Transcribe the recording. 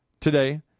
today